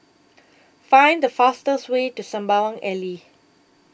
Find The fastest Way to Sembawang Alley